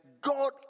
God